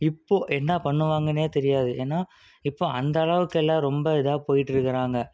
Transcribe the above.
இப்போது என்ன பண்ணுவாங்கனே தெரியாது ஏன்னா இப்போ அந்தளவுக்கு எல்லாம் ரொம்ப இதாக போய்ட்டு இருக்கிறாங்க